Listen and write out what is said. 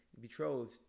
betrothed